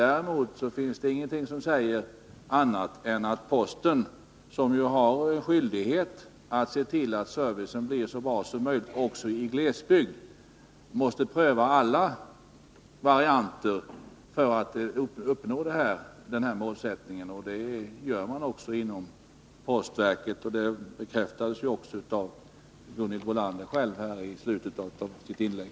Posten har emellertid skyldighet att se till att servicen blir så bra som möjligt också i glesbygd, och den måste därför pröva alla varianter för att uppnå denna målsättning. Det gör den också — det bekräftade Gunhild Bolander själv i slutet av sitt inlägg.